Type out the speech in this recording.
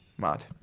mad